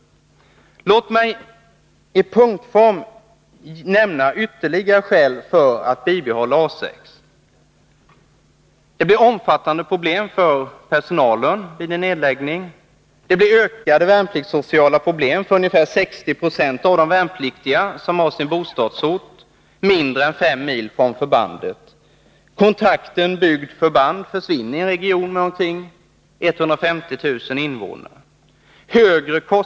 Låt mig i punktform nämna ytterligare skäl för ett bibehållande av A 6: De omfattande problem för personalen som en nedläggning orsakar. Ökande värnpliktssociala problem för ungefär 60 26 av de värnpliktiga som har sin bostadsort mindre än fem mil från förbandet. Kontakten bygd-förband försvinner i en region med omkring 150 000 invånare.